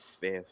fifth